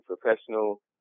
professional